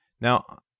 now